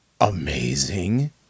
amazing